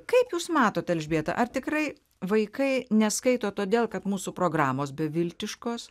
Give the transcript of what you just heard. kaip jūs matot elžbieta ar tikrai vaikai neskaito todėl kad mūsų programos beviltiškos